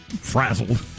frazzled